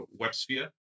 WebSphere